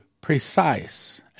precise